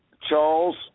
Charles